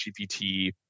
GPT